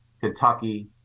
Kentucky